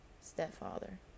stepfather